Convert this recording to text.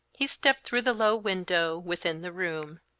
he stepped through the low window, within the room.